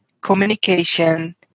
communication